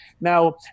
Now